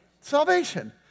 Salvation